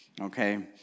Okay